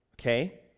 Okay